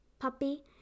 puppy